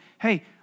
hey